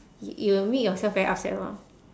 y~ you will make yourself very upset lor